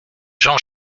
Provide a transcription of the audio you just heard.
jean